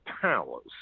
powers